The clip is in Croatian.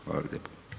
Hvala lijepo.